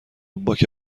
باک